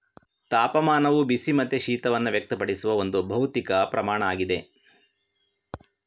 ತಾಪಮಾನವು ಬಿಸಿ ಮತ್ತೆ ಶೀತವನ್ನ ವ್ಯಕ್ತಪಡಿಸುವ ಒಂದು ಭೌತಿಕ ಪ್ರಮಾಣ ಆಗಿದೆ